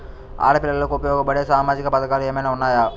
ఆడపిల్లలకు ఉపయోగపడే సామాజిక పథకాలు ఏమైనా ఉన్నాయా?